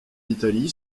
italie